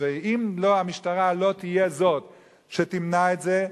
אם המשטרה לא תהיה זו שתמנע את זה,